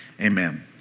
amen